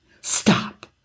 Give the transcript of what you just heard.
Stop